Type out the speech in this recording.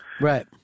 right